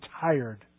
tired